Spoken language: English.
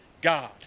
God